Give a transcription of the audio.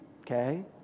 okay